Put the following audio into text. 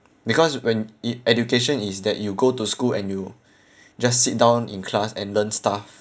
because when e~ education is that you go to school and you just sit down in class and learn stuff